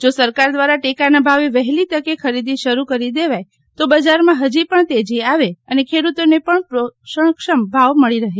જો સરકાર દ્વારા ટેકાના ભાવે વહેલી તકે ખરીદી શરૂકરી દેવાય તો બજારમાં હજી પણ તેજી આવે અને ખેડૂતોને પણ પોષણક્ષમ ભાવ મળી રહે